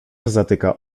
zatyka